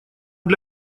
для